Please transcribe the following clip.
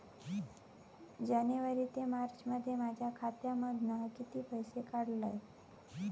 जानेवारी ते मार्चमध्ये माझ्या खात्यामधना किती पैसे काढलय?